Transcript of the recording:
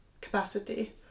capacity